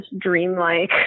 dreamlike